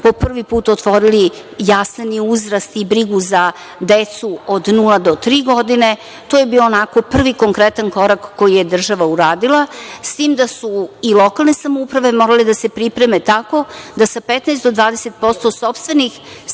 po privi put otvorilo jasleni uzrast i brigu za decu od nula do tri godine. To je bio onako konkretan korak koji je država uradila, s tim da su i lokalne samouprave morale da se pripreme tako da sa 15 do 20% sopstvenih